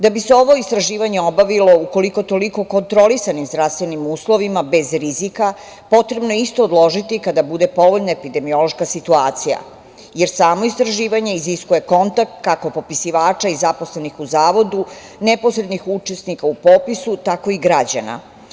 Da bi se ovo istraživanje obavilo, u koliko, toliko kontrolisanim zdravstvenim uslovima, bez rizika, potrebno je isto odložiti kada bude povoljna epidemiološka situacija, jer samo istraživanje iziskuje kontakt kako popisivača i zaposlenih u zavodu, neposrednih učesnika u popisu, tako i građana.